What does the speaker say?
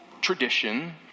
tradition